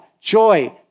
joy